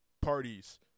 parties